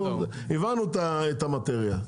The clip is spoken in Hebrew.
נו הבנו את המטרייה,